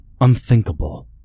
unthinkable